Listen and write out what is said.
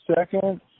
second